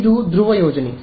ಇದು ಧ್ರುವ ಯೋಜನೆ ಸರಿ